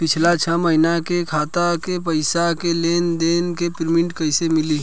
पिछला छह महीना के खाता के पइसा के लेन देन के प्रींट कइसे मिली?